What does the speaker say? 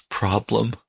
Problem